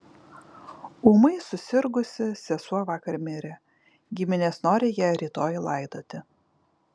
ūmai susirgusi sesuo vakar mirė giminės nori ją rytoj laidoti